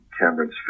Cameron's